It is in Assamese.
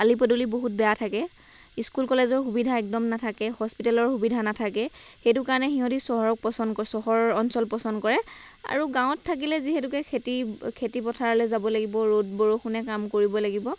আলি পদূলি বহুত বেয়া থাকে স্কুল কলেজৰ সুবিধা একদম নাথাকে হস্পিতেলৰ সুবিধা নাথাকে সেইটো কাৰণে সিহঁতি চহৰ অঞ্চল পচন্দ চহৰ অঞ্চল পচন্দ কৰে আৰু গাঁৱত থাকিলে যিহেতুকে খেতি খেতি পথাৰলৈ যাব লাগিব ৰ'দ বৰষুণে কাম কৰিব লাগিব